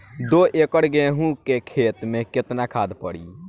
दो एकड़ गेहूँ के खेत मे केतना खाद पड़ी?